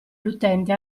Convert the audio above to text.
l’utente